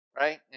right